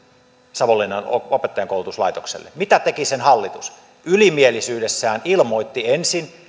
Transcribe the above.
savonlinnan opettajankoulutuslaitokselle mitä teki sen hallitus ylimielisyydessään ilmoitti ensin